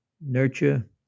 nurture